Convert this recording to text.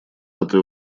этой